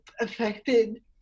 affected